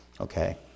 Okay